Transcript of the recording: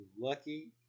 lucky